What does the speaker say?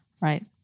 Right